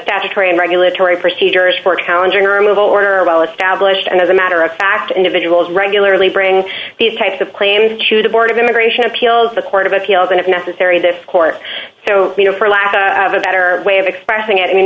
statutory and regulatory procedures for accounting removal order well established and as a matter of fact individuals regularly bring these types of claims to the board of immigration appeals the court of appeals and if necessary this court so you know for lack of a better way of expressing it i mean